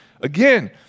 Again